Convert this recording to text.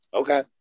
okay